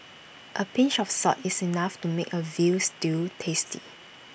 A pinch of salt is enough to make A Veal Stew tasty